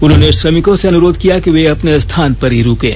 उन्होंने श्रमिकों से अनुरोध किया कि वे अपने स्थान पर ही रूकें